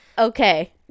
Okay